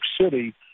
City